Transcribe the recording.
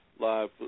Live